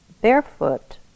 barefoot